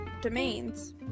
domains